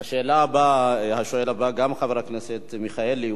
השואל הבא, גם כן חבר הכנסת אברהם מיכאלי.